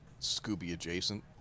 Scooby-adjacent